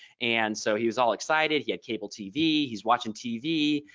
and so he was all excited. he had cable tv. he's watching tv.